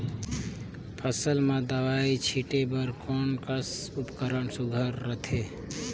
फसल म दव ई छीचे बर कोन कस उपकरण सुघ्घर रथे?